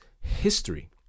history